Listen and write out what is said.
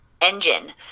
engine